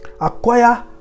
acquire